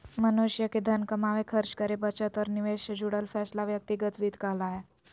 मनुष्य के धन कमावे, खर्च करे, बचत और निवेश से जुड़ल फैसला व्यक्तिगत वित्त कहला हय